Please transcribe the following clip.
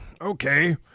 Okay